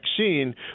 vaccine